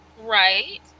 Right